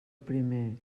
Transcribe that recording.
primer